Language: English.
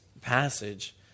passage